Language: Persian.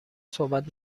صحبت